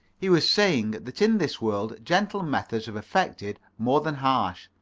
he was saying that in this world gentle methods have effected more than harsh,